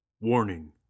Warning